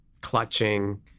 clutching